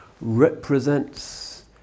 represents